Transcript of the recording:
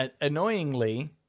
Annoyingly